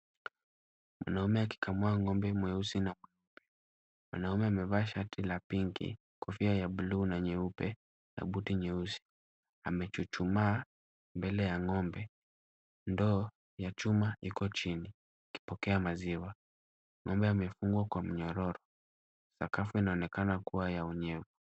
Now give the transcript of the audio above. Mwanaume akikamua ng'ombe mweusi na mweupe. Mwanaume amevaa shati la pinki , kofia ya buluu na nyeupe na buti nyeusi. Amechuchumaa mbele ya ng'ombe. Ndoo ya chuma iko chini ikipokea maziwa. Ng'ombe amefungwa kwa mnyororo. Sakafu inaonekana kuwa ya unyevu.